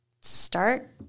start